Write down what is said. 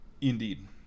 indeed